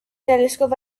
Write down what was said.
telescope